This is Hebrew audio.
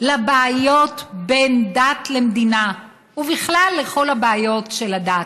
לבעיות בין דת למדינה, ובכלל לכל הבעיות של הדת,